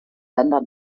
länder